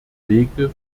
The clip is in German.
wege